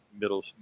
middle